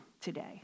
today